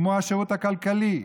כמו השירות הכלכלי.